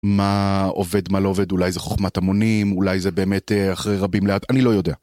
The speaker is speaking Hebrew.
מה עובד, מה לא עובד, אולי זו חוכמת המונים, אולי זה באמת אחרי רבים, אני לא יודע.